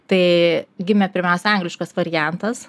tai gimė pirmiausia angliškas variantas